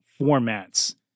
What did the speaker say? formats